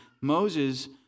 Moses